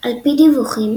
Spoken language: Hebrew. דיווחים,